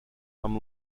amb